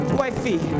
wifey